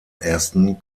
ersten